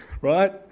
right